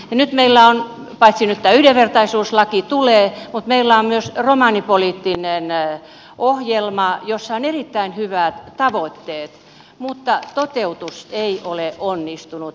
nyt meillä on paitsi että tämä yhdenvertaisuuslaki tulee myös romanipoliittinen ohjelma jossa on erittäin hyvät tavoitteet mutta toteutus ei ole onnistunut